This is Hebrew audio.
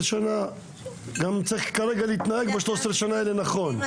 13. צריך להתנהג נכון במשך 13 השנים האלה.